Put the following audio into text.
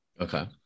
Okay